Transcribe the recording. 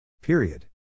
Period